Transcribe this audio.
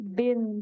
bin